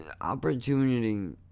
opportunity